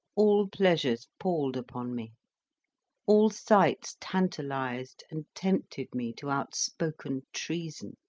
all pleasures palled upon me all sights tantalized and tempted me to outspoken treason,